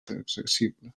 accessible